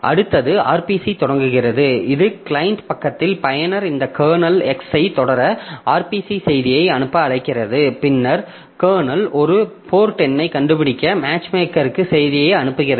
அடுத்தது RPC தொடங்குகிறது இது கிளையன்ட் பக்கத்தில் பயனர் இந்த கர்னலை X ஐ தொடர RPC செய்தியை அனுப்ப அழைக்கிறது பின்னர் கர்னல் ஒரு போர்ட் எண்ணைக் கண்டுபிடிக்க மேட்ச்மேக்கருக்கு செய்தியை அனுப்புகிறது